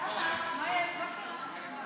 למה הוא אמר מזל טוב?